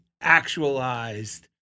actualized